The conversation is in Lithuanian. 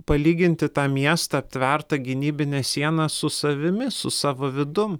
palyginti tą miestą aptvertą gynybine siena su savimi su savo vidum